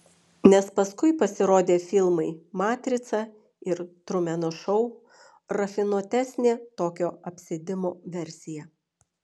nes paskui pasirodė filmai matrica ir trumeno šou rafinuotesnė tokio apsėdimo versija